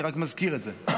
אני רק מזכיר את זה.